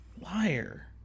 Liar